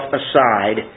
aside